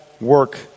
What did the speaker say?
work